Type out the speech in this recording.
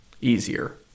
easier